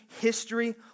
history